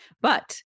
But-